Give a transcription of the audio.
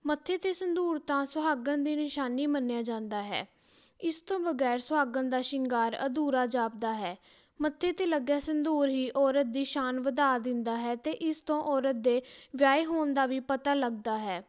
ਮੱਥੇ 'ਤੇ ਸੰਧੂਰ ਤਾਂ ਸੁਹਾਗਣ ਦੀ ਨਿਸ਼ਾਨੀ ਮੰਨਿਆ ਜਾਂਦਾ ਹੈ ਇਸ ਤੋਂ ਵਗੈਰ ਸੁਹਾਗਣ ਦਾ ਸ਼ਿੰਗਾਰ ਅਧੂਰਾ ਜਾਪਦਾ ਹੈ ਮੱਥੇ 'ਤੇ ਲੱਗਿਆ ਸੰਧੂਰ ਹੀ ਔਰਤ ਦੀ ਸ਼ਾਨ ਵਧਾ ਦਿੰਦਾ ਹੈ ਅਤੇ ਇਸ ਤੋਂ ਔਰਤ ਦੇ ਵਿਆਹੇ ਹੋਣ ਦਾ ਵੀ ਪਤਾ ਲੱਗਦਾ ਹੈ